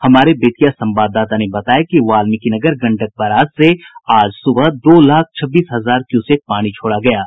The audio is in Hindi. हमारे बेतिया संवाददाता ने बताया कि वाल्मिकीनगर गंडक बराज से आज सुबह दो लाख छब्बीस हजार क्यूसेक पानी छोड़ा गया है